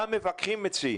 מה המפקחים מציעים,